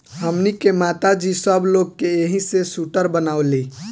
हमनी के माता जी सब लोग के एही से सूटर बनावेली